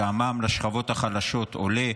שהמע"מ לשכבות החלשות עולה,